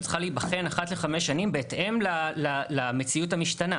צריכה להיבחן אחת לחמש שנים בהתאם למציאות המשתנה.